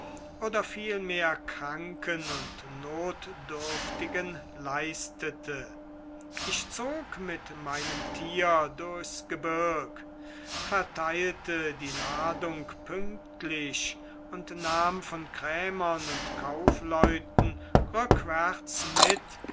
oder vielmehr kranken und notdürftigen leistete ich zog mit meinem tier durchs gebirg verteilte die ladung pünktlich und nahm von krämern und kaufleuten rückwärts mit